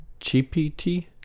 GPT